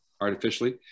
artificially